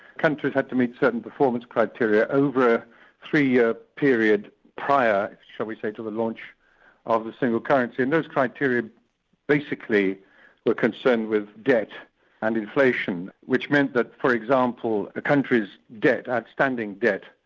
countries had to meet certain performance criteria over a three-year period prior shall we say, to the launch of the single currency, and those criteria basically were concerned with debt and inflation, which meant that, for example, a country's debt, outstanding debt,